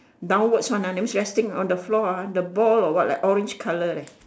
downwards one ah that means resting on the floor ah the ball or what like orange colour leh